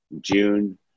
June